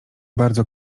bardzo